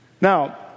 Now